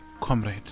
Comrade